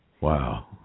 Wow